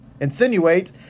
insinuate